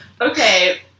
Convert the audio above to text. Okay